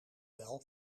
wel